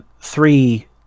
three